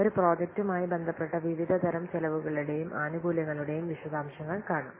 ഒരു പ്രോജക്റ്റുമായി ബന്ധപ്പെട്ട വിവിധ തരം ചെലവുകളുടെയും ആനുകൂല്യങ്ങളുടെയും വിശദാംശങ്ങൾ കാണാം